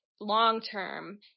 long-term